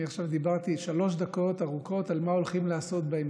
אני עכשיו דיברתי שלוש דקות ארוכות על מה הולכים לעשות בהמשך,